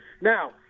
Now